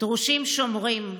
דרושים שומרים,